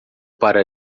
para